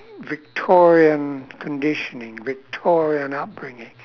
victorian conditioning victorian upbringing